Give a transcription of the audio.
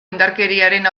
indarkeriaren